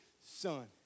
son